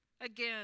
Again